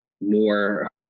more